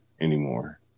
anymore